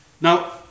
Now